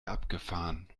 abgefahren